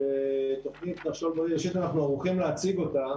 תוכנית "נחשול בריא", אנחנו ערוכים להציג אותה.